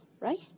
right